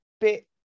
bit